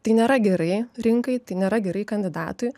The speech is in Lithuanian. tai nėra gerai rinkai tai nėra gerai kandidatui